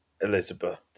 Elizabeth